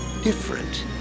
different